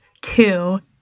two